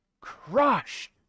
crushed